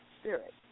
spirit